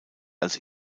als